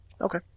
Okay